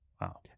Wow